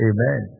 Amen